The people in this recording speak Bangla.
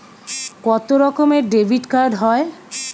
কত রকমের ডেবিটকার্ড হয়?